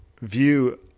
view